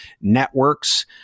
networks